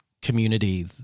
Community